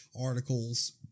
articles